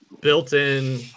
built-in